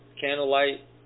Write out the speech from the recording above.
Candlelight